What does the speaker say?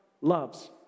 loves